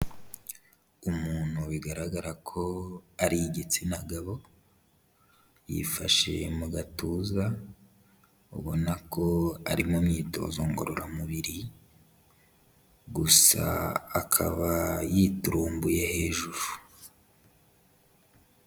Umuntu bigaragara ko ari igitsina gabo, yifashe mu gatuza, ubona ko ari mu myitozo ngororamubiri, gusa akaba yiturumbuye hejuru.